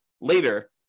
later